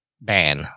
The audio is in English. ban